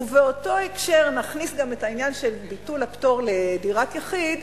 ובאותו הקשר נכניס גם את העניין של ביטול הפטור לדירת יחיד,